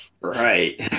right